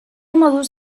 moduz